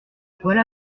voilà